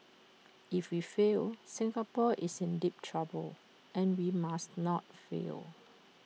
if we fail Singapore is in deep trouble and we must not fail